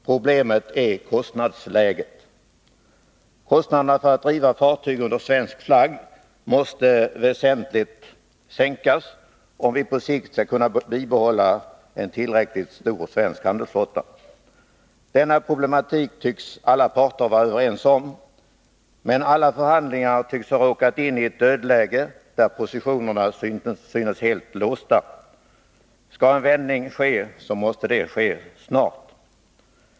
Problemet är kostnadsläget. Kostnaderna för att driva fartyg under svensk flagg måste väsentligt sänkas, om vi på sikt skall kunna bibehålla en tillräckligt stor svensk handelsflotta. Denna problematik verkar alla vara överens om, men förhandlingarna tycks ha råkat in i ett dödläge där positionerna synes vara helt låsta. Skall en vändning ske måste den ske snart.